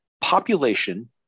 Population